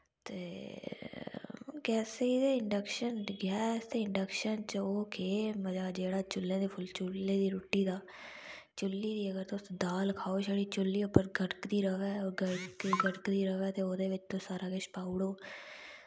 ते गैसें तो इंडक्शन गैस ते इंडक्शन च ओह् केह् मजा जेह्ड़ा चुल्ले दी रुट्टी दा चुल्ली दी अगर तुस दाल पकोओ छड़ी चुल्ली उप्पर गड़कदी र'वै ओह् गड़कदी र'वै ते ओह्दै बिच्च तुस सारा किश पाई ओड़ो